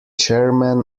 chairman